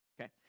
Okay